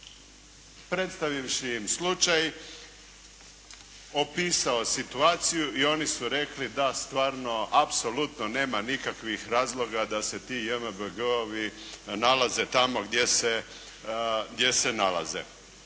predstavivši im slučaj, opisao situaciju i oni su rekli, da stvarno, apsolutno nema nikakvih razloga da se ti JMBG-ovi nalaze tamo gdje se nalaze.